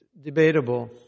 debatable